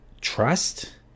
trust